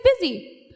busy